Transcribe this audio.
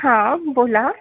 हां बोला